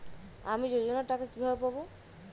আমি যোজনার টাকা কিভাবে পাবো?